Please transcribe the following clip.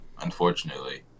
unfortunately